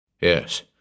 Yes